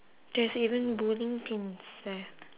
there's even bowling pins leh